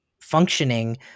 functioning